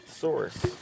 source